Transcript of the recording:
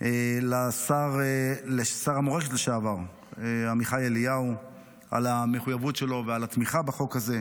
לשר המורשת לשעבר עמיחי אליהו על המחויבות שלו ועל התמיכה בחוק הזה,